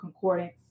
concordance